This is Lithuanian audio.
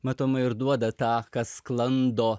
matomai ir duoda tą kas sklando